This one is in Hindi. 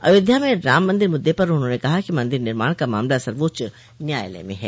अयोध्या में राम मंदिर मुद्दे पर उन्होंने कहा कि मन्दिर निर्माण का मामला सर्वोच्च न्यायालय में है